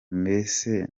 mbese